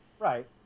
Right